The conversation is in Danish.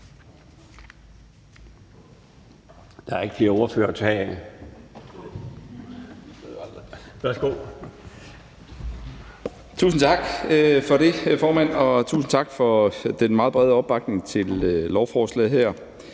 (Morten Bødskov): Tusind tak for det, formand, og tusind tak for den meget brede opbakning til lovforslaget her.